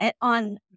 On